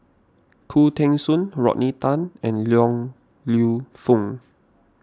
Khoo Teng Soon Rodney Tan and Yong Lew Foong